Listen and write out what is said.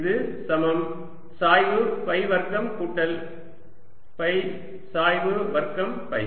இது சமம் சாய்வு ஃபை வர்க்கம் கூட்டல் ஃபை சாய்வு வர்க்கம் ஃபை